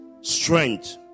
strength